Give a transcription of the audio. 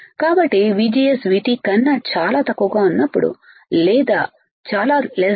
కాబట్టిVGSVTకన్నా చాలా తక్కువగా ఉన్నప్పుడు లేదాVT